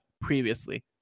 previously